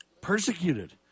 persecuted